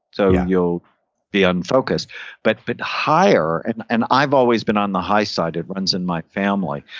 so you'll be on focus but but higher and and i've always been on the high side, it runs in my family.